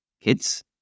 kids